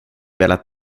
velat